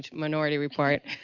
minority report.